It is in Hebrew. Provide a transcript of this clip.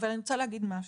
אבל אני רוצה להגיד משהו.